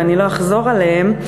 ואני לא אחזור עליהם.